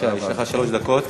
לך שלוש דקות.